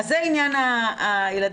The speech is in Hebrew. זה עניין הילדים.